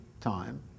time